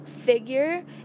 figure